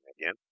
again